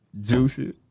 juicy